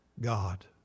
God